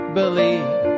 believe